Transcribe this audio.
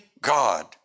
God